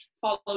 follow